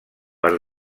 per